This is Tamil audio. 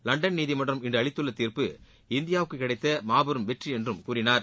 லண்டன் நீதிமன்றம் இன்று அளித்துள்ள தீர்ப்பு இந்தியாவுக்கு கிடைத்த மாபெரும் வெற்றி என்றும் கூறினார்